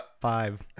five